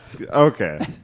Okay